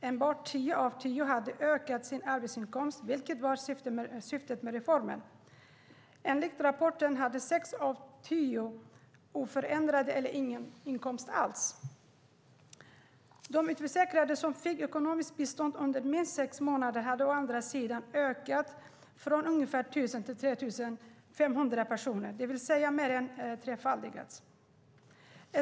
Enbart tre av tio hade ökat sin arbetsinkomst, vilket var syftet med reformen. Enligt rapporten hade sex av tio oförändrad eller ingen inkomst alls. De utförsäkrade som fick ekonomiskt bistånd under minst sex månader hade å andra sidan ökat från ungefär 1 000 till 3 500 personer, det vill säga mer än trefaldigats.